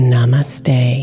Namaste